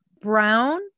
brown